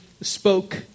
spoke